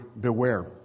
beware